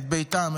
את ביתם,